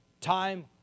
Time